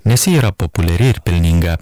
nes ji yra populiari ir pelninga